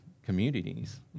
communities